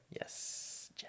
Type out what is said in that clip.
Yes